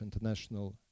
international